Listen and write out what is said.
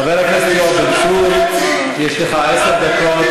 חבר הכנסת יואב בן צור, יש לך עשר דקות.